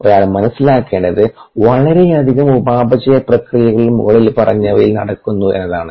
ഒരാൾ മനസിലാക്കേണ്ടത് വളരെയധികം ഉപാപചയ പ്രക്രിയകൾ മുകളിൽ പറഞ്ഞവയിൽ നടക്കുന്നു എന്നതാണ്